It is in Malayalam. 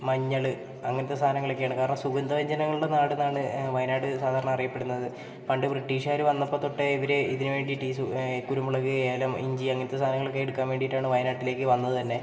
മഞ്ഞൾ അങ്ങനത്തെ സാധനങ്ങളെക്കെയാണ് കാരണം സുഗന്ധവ്യഞ്ജനങ്ങളുടെ നാടെന്നാണ് വയനാട് സാധാരണ അറിയപ്പെടുന്നത് പണ്ട് ബ്രിട്ടീഷികാർ വന്നപ്പോൾ തൊട്ടേ ഇവർ ഇതിന് വേണ്ടീട്ട് ഈ സു കുരുമുളക് ഏലം ഇഞ്ചി അങ്ങനത്തെ സാധനങ്ങളൊക്കെ എടുക്കാൻ വേണ്ടീട്ടാണ് വയനാട്ടിലേക്ക് വന്നത് തന്നെ